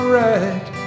right